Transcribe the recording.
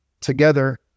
together